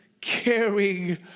caring